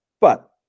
But-